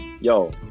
Yo